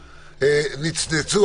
נצנצו,